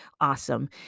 awesome